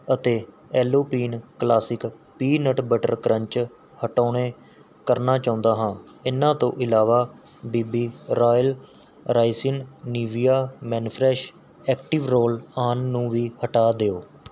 ਅਤੇ Alpino classic peanut butter crunch ਹਟਾਉਣੇ ਕਰਨਾ ਚਾਹੁੰਦਾ ਹਾਂ ਇਨ੍ਹਾਂ ਤੋਂ ਇਲਾਵਾ B B royal raisin Nivea men fresh active roll on ਨੂੰ ਵੀ ਹਟਾ ਦਿਓ